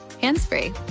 hands-free